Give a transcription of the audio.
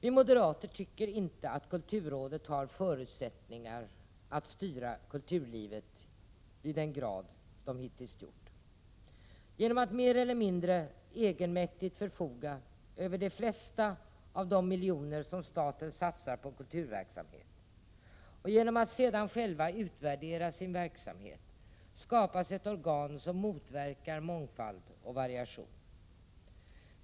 Vi moderater tycker inte att kulturrådet har förutsättningar att styra kulturlivet i den grad det hittills har gjort. Genom att kulturrådet mer eller mindre egenmäktigt förfogar över de flesta av de miljoner som staten satsar på kulturverksamhet och sedan självt utvärderar sin verksamhet skapas ett organ som motverkar mångfald och variation.